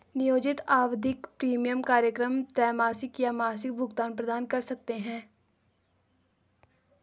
नियोजित आवधिक प्रीमियम कार्यक्रम त्रैमासिक या मासिक भुगतान प्रदान कर सकते हैं